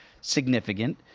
significant